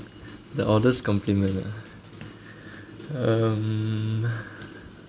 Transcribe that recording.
the oddest compliment ah um